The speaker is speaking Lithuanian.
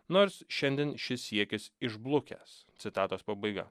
nors šiandien šis siekis išblukęs citatos pabaiga